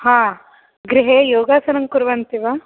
हा गृहे योगासनं कुर्वन्ति वा